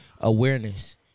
Awareness